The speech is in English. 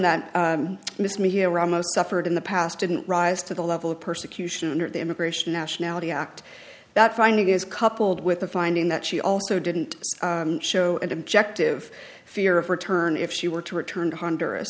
that miss me here ramos suffered in the past didn't rise to the level of persecution under the immigration nationality act that finding is coupled with the finding that she also didn't show and objective fear of return if she were to return to honduras